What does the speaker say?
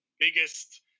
biggest